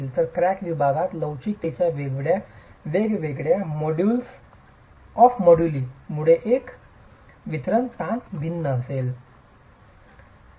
तर क्रॉस विभागात लवचिकतेच्या वेगवेगळ्या मॉड्यूलस मोड्यूली मुळे एक वितरित ताण भिन्न असेल